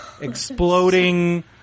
exploding